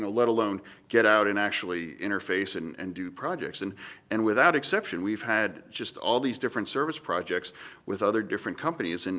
ah let alone get out and actually interface and and do projects. and and without exception, we've had just all these different service projects with other different companies, and